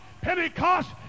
Pentecost